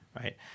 right